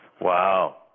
Wow